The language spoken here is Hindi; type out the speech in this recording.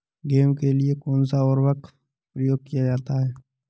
गेहूँ के लिए कौनसा उर्वरक प्रयोग किया जाता है?